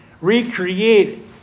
recreate